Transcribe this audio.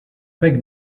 big